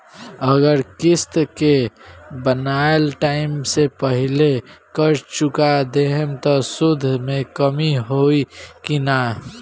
अगर किश्त के बनहाएल टाइम से पहिले कर्जा चुका दहम त सूद मे कमी होई की ना?